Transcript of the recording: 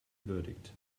verdict